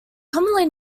commonly